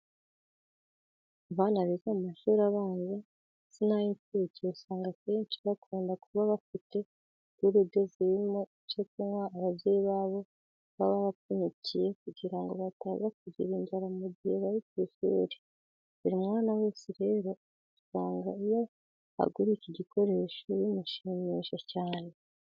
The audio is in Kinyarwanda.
Abana biga mu mashuri abanza ndetse n'ay'incuke usanga akenshi bakunda kuba bafite gurude zirimo ibyo kunywa ababyeyi babo baba babapfunyikiye kugira ngo bataza kugira inzara mu gihe bari ku ishuri. Buri mwana wese rero usanga iyo aguriwe iki gikoresho bimushimisha cyane.